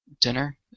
dinner